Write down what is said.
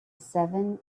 seven